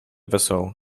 wesoło